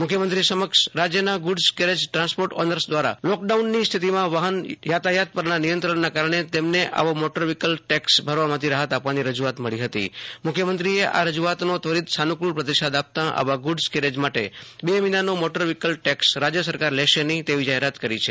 મુખ્યમંત્રીશ્રી સમક્ષ રાજ્યના ગુડ્ઝ કેરેજદ્રાન્સપોર્ટ ઓનર્સ દ્વારા લૉકડાઉનની સ્થિતિમાં વાહન યાતાયાત પરના નિયંત્રણના કારણે તેમને આવો મોટર વ્હિક્લસ ટેક્સ ભરવામાંથી રાહત આપવાની રજૂઆત મળી હતી મુખ્યમંત્રીશ્રીએ આ રજૂઆતનો ત્વરીત સાનુફૂળ પ્રતિસાદ આપતા આવા ગુ ડ્ઝ કેરેજ માટે બે મહિનાનો મોટર વ્હિકલ ટેક્સ રાજ્ય સરકાર લેશે નહિ તેવી જાહેરાત કરી છે